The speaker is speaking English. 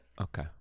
Okay